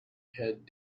had